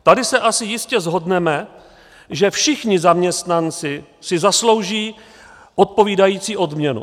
Tady se asi jistě shodneme, že všichni zaměstnanci si zaslouží odpovídající odměnu.